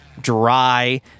dry